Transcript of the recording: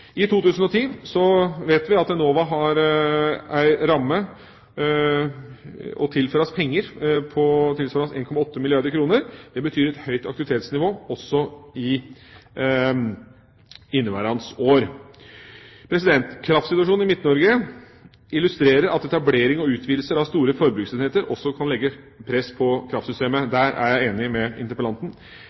I 2010 vet vi at Enova har en ramme tilsvarende 1,8 milliarder kr. Det betyr et høyt aktivitetsnivå også i inneværende år. Kraftsituasjonen i Midt-Norge illustrerer at etablering og utvidelser av store forbruksenheter også kan legge press på kraftsystemet. Der er jeg enig med interpellanten.